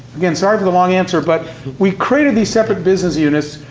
again, sorry for the long answer, but we created these separate business units,